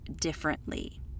differently